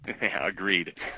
Agreed